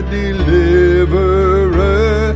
deliverer